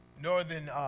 northern